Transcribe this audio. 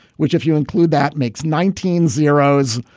which if you include that, makes nineteen zeroes.